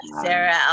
Sarah